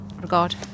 regard